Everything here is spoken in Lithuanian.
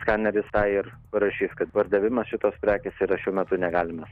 skaneris tą ir parašys kad pardavimas šitos prekės yra šiuo metu negalimas